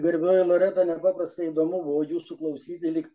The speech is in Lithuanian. garbioji loreta nepaprastai įdomu buvo jūsų klausyti lyg